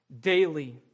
daily